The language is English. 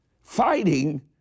Fighting